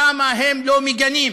למה הם לא מגנים?